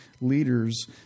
leaders